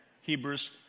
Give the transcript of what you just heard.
Hebrews